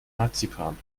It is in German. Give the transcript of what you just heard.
marzipan